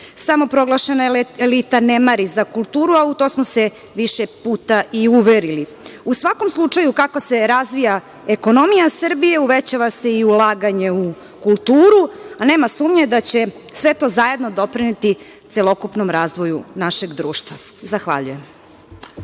Samoproglašena elita ne mari za kulturu, a u to smo se više puta i uverili.U svakom slučaju kako se razvija ekonomija Srbije uvećava se i ulaganje u kulturu. Nema sumnje da će sve to zajedno doprineti celokupnom razvoju našeg društva. Zahvaljujem.